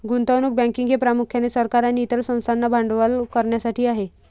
गुंतवणूक बँकिंग हे प्रामुख्याने सरकार आणि इतर संस्थांना भांडवल करण्यासाठी आहे